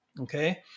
okay